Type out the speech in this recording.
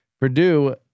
Purdue